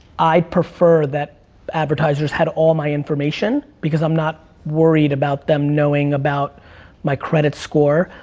i'd prefer that advertisers had all my information, because i'm not worried about them knowing about my credit score,